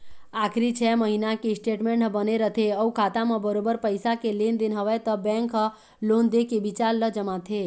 आखरी छै महिना के स्टेटमेंट ह बने रथे अउ खाता म बरोबर पइसा के लेन देन हवय त बेंक ह लोन दे के बिचार ल जमाथे